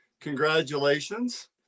congratulations